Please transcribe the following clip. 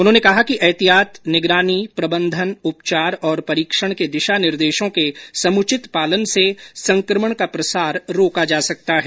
उन्होंने कहा कि एहतियात निगरानी प्रबंधन उपचार और परीक्षण के दिशानिर्देशों के समुचित पालन से संक्रमण का प्रसार रोका जा सकता है